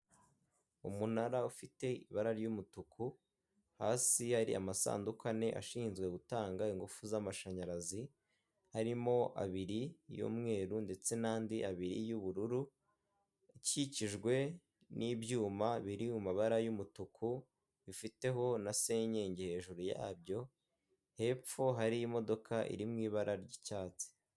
Umunara ufite ibara ry'umutuku hasi hari amasanduku ane ashinzwe gutanga ingufu z'amashanyarazi ,harimo abiri y'umweru ndetse n'andi abiri yubururu , akikijwe n'ibyuma biri mu mabara y'umutuku bifiteho na senyengi hejuru yabyo, hepfo hari imodoka iri mu ibara ry'icyatsi.